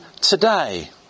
today